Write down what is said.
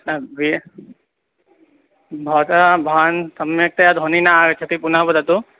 न वे भवतः भवतः सम्यक्तया ध्वनिः नागच्छति पुनः वदतु